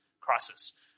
crisis